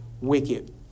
wicked